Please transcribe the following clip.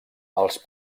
els